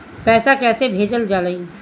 पैसा कैसे भेजल जाइ?